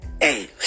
hey